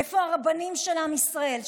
איפה הרבנים של עם ישראל,